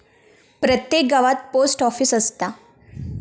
प्रत्येक गावात post office असता